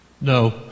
No